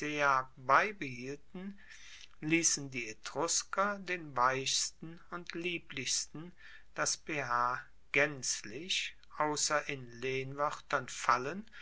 beibehielten liessen die etrusker den weichsten und lieblichsten das gaenzlich ausser in lehnwoertern fallen